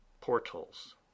portals